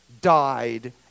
died